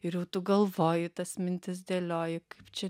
ir jau tu galvoji tas mintis dėlioji kaip čia